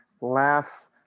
last